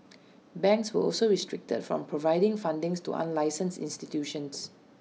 banks were also restricted from providing funding to unlicensed institutions